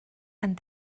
and